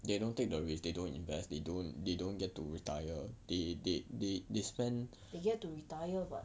they get to retire but